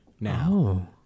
now